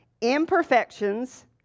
imperfections